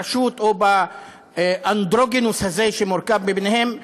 ברשות או באנדרוגינוס הזה שמורכב מהם,